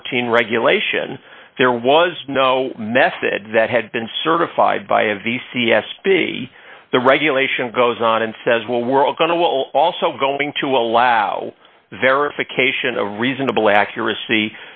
dollars regulation there was no method that had been certified by a v c s be the regulation goes on and says well we're all going to will also going to allow verification of reasonable accuracy